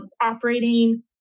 operating